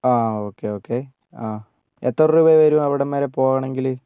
ആ okay okay ആ എത്ര രൂപ വരും അവിടം വരെ പോകണമെങ്കിൽ